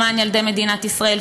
למען ילדי מדינת ישראל.